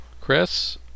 Chris